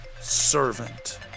servant